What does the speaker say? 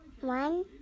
One